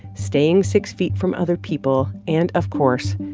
staying six feet from other people and, of course,